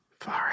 Far